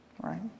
Right